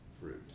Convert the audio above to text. Fruit